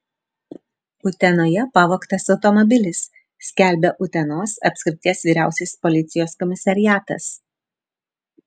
utenoje pavogtas automobilis skelbia utenos apskrities vyriausiasis policijos komisariatas